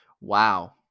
Wow